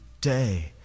day